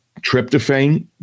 Tryptophan